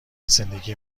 زندگی